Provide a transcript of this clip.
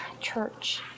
church